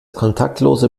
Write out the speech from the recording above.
kontaktlose